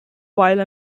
while